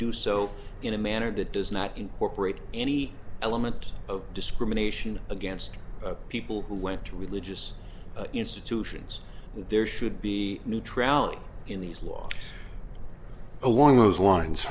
do so in a manner that does not incorporate any element of discrimination against people who went to religious institutions that there should be neutrality in these laws along those lines